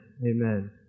Amen